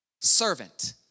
Servant